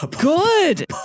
good